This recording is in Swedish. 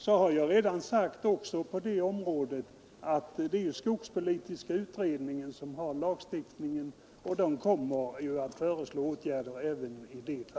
Jag har redan sagt att skogspolitiska utredningen kommer att se över lagstiftningen.